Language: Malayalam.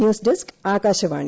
news desk Akashvani